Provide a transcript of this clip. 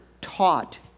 taught